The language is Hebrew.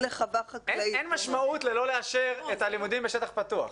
אין משמעות לא לאשר את הלימודים בשטח פתוח,